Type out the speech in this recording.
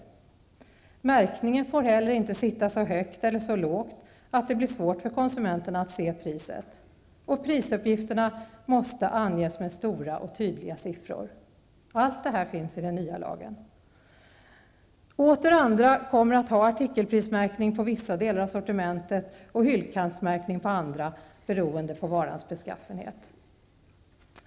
Märkningen får heller inte sitta så högt eller lågt att det blir svårt för konsumenterna att se priset. Prisuppgifterna måste anges med stora och tydliga siffror. Allt detta finns i den nya lagen. Åter andra kommer att ha artikelprismärkning på vissa delar av sortimentet och hyllkantsmärkning på andra, beroende på varornas beskaffenhet.